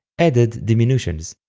added diminutions.